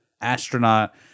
astronaut